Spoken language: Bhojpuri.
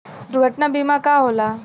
दुर्घटना बीमा का होला?